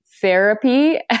therapy